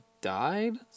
died